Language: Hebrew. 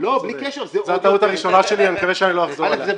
--- אל"ף,